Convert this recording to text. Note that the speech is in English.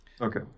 Okay